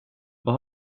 vad